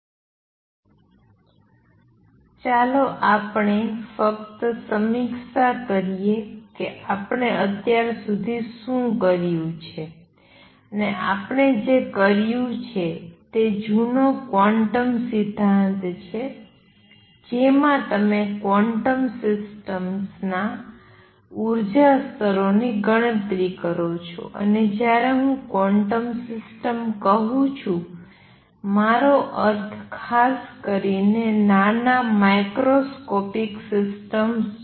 લ ચાલો આપણે ફક્ત સમીક્ષા કરીએ કે આપણે અત્યાર સુધી શું કર્યું છે અને આપણે જે કર્યું છે તે જૂનો ક્વોન્ટમ સિદ્ધાંત છે જેમાં તમે ક્વોન્ટમ સિસ્ટમ્સના ઉર્જા સ્તરો ની ગણતરી કરો છો અને જ્યારે હું ક્વોન્ટમ સિસ્ટમ્સ કહું છું મારો અર્થ ખાસ કરીને નાના માઇક્રોસ્કોપિક સિસ્ટમ્સ છે